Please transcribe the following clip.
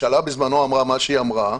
הממשלה בזמנו אמרה מה שהיא אמרה,